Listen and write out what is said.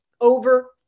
over